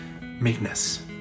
Meekness